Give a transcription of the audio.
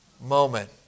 Moment